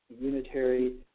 unitary